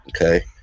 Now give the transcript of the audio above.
Okay